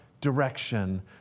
direction